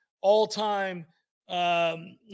all-time